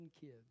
kids